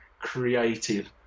creative